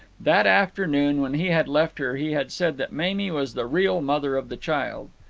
that afternoon when he had left her he had said that mamie was the real mother of the child.